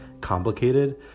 complicated